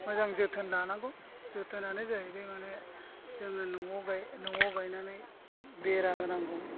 मोजां जोथोन लानांगौ जोथोन आनो जाहैबाय माने जोङो न'आव गायनानै बेरा होनांगौ